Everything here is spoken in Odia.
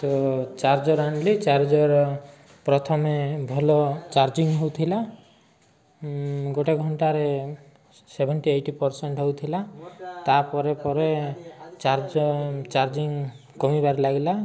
ତ ଚାର୍ଜର୍ ଆଣିଲି ଚାର୍ଜର୍ ପ୍ରଥମେ ଭଲ ଚାର୍ଜିଙ୍ଗ ହେଉଥିଲା ଗୋଟେ ଘଣ୍ଟାରେ ସେଭେଣ୍ଟି ଏଇଟି ପରସେଣ୍ଟ ହେଉଥିଲା ତା'ପରେ ପରେ ଚାର୍ଜ ଚାର୍ଜିଙ୍ଗ କମିବାରେ ଲାଗିଲା